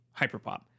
hyperpop